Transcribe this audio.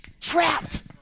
trapped